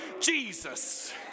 Jesus